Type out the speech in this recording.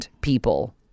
people